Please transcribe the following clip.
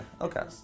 okay